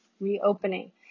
Reopening